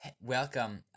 welcome